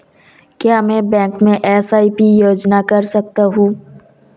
क्या मैं बैंक में एस.आई.पी योजना कर सकता हूँ?